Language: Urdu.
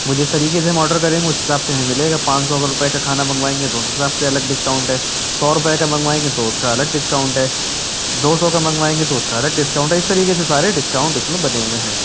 وہ جس طریقے سے ہم آڈر کریں اس حساب سے ہمیں ملے گا پانچ سو روپئے کا کھانا منگوائیں گے تو اس حساب سے الگ ڈسکاؤنٹ ہے سو روپئے کا منگوائیں گے تو اس کا الگ ڈسکاؤنٹ ہے دو سو کا منگوائیں گے تو اس کا الگ ڈسکاؤنٹ ہے اس طریقے سے سارے ڈسکاؤنٹ اس میں بنے ہوئے ہیں